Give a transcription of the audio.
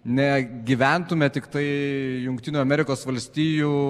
negyventume tiktai jungtinių amerikos valstijų